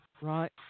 right